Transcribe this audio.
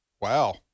wow